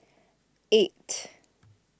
eight